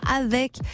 Avec